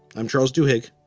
i'm charles duhigg.